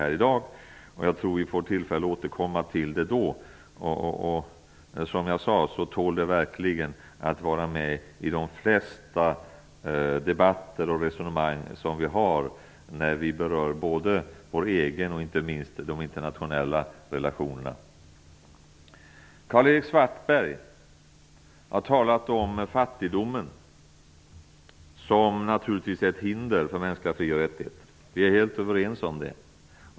Jag tror dock att vi får tillfälle att återkomma i den nämnda debatten. Som jag sade tål dessa frågor verkligen att vara med i de flesta debatter och resonemang som vi för när vi berör både våra egna och de internationella relationerna. Karl-Erik Svartberg har talat om fattigdomen som naturligtvis är ett hinder för mänskliga fri och rättigheter. Vi är helt överens om det.